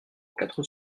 quatre